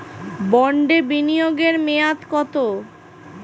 বন্ডে বিনিয়োগ এর মেয়াদ কত?